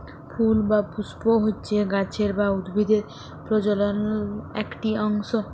ফুল বা পুস্প হচ্যে গাছের বা উদ্ভিদের প্রজলন একটি অংশ